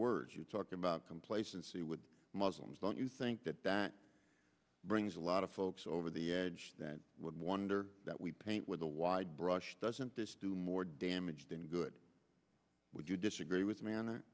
words you talk about complacency with muslims don't you think that that brings a lot of folks over the edge that would wonder that we paint with a wide brush doesn't this do more damage than good would you disagree with